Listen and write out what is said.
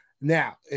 Now